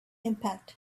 impact